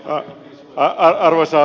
arvoisa puhemies